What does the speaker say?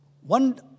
One